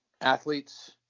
athletes